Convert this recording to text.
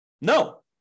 No